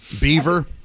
Beaver